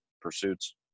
pursuits